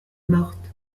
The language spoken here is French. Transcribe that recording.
morte